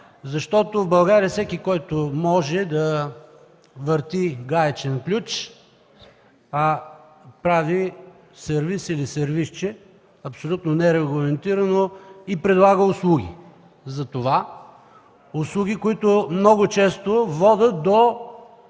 Защото в България всеки, който може да върти гаечен ключ, прави сервиз или сервизче, абсолютно нерегламентирано, и предлага услуги, които много често водят до